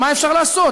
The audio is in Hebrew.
מה אפשר לעשות.